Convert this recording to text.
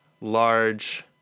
large